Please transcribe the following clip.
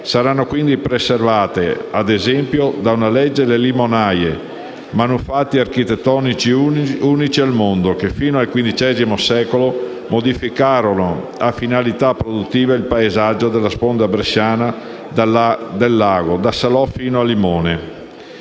Saranno quindi preservate da una legge, ad esempio, le limonaie, manufatti architettonici unici al mondo che fin dal XV secolo modificarono a finalità produttive il paesaggio della sponda bresciana del lago da Salò fino a Limone.